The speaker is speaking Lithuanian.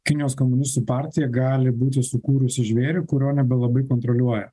kinijos komunistų partija gali būti sukūrusi žvėrį kurio nebelabai kontroliuoja